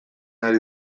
ari